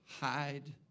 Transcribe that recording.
Hide